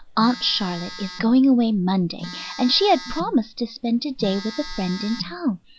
aunt charlotte is going away monday and she had promised to spend today with a friend in town.